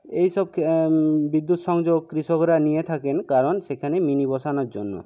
এই সব খে বিদ্যুৎ সংযোগ কৃষকরা নিয়ে থাকেন কারণ সেখানে মিনি বসানোর জন্য